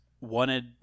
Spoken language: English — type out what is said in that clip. wanted